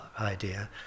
idea